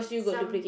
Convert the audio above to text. some